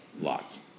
Lots